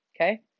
Okay